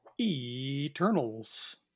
Eternals